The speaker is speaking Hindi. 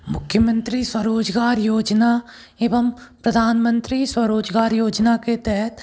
मुख्यमंत्री स्वरोज़गार योजना एवं प्रधानमंत्री स्वरोज़गार योजना के तहत